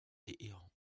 téhéran